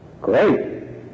great